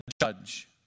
judge